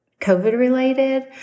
COVID-related